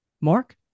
Mark